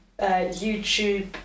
YouTube